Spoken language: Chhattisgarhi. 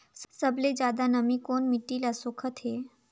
सबले ज्यादा नमी कोन मिट्टी ल सोखत हे?